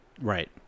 Right